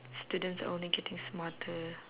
students are only getting smarter